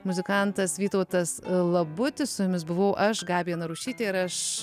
muzikantas vytautas labutis su jumis buvau aš gabija narušytė ir aš